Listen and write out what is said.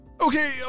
Okay